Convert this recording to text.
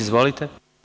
Izvolite.